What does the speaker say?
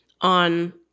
on